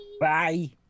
Bye